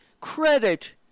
credit